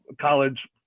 college